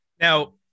now